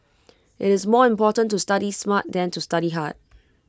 IT is more important to study smart than to study hard